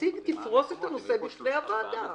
תפרוס את הנושא בפני הוועדה.